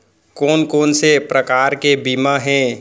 कोन कोन से प्रकार के बीमा हे?